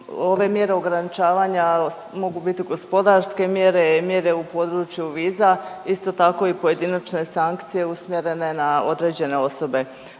ove mjere ograničavanja mogu biti gospodarske mjere, mjere u području viza, isto tako i pojedinačne sankcije usmjerene na određene osobe.